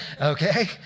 Okay